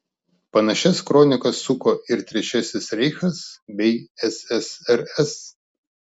panašias kronikas suko ir trečiasis reichas bei ssrs